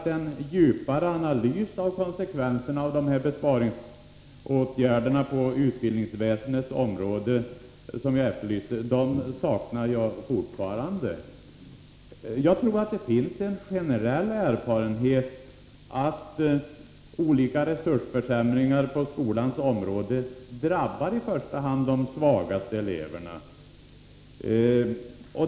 Den djupare analys av konsekvenserna av dessa besparingsåtgärder inom utbildningsväsendet som jag har efterlyst saknar jag fortfarande. Jag tror att det finns en generell erfarenhet som säger att resursförsämringar på skolans område i första hand drabbar de svagaste eleverna.